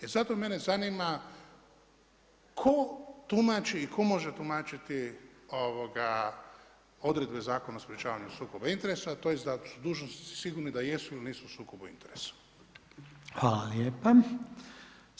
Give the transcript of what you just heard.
E zato mene zanima tko tumači i tko može tumačiti odredbe Zakona o sprječavanju sukoba interesa, tj. da su dužnosnici sigurni da jesu ili nisu u sukobu interesa.